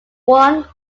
one